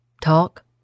Talk